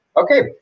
Okay